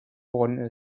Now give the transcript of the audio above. worden